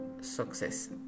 success